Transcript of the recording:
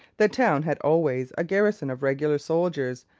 the town had always a garrison of regular soldiers,